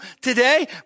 today